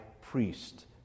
priest